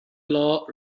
law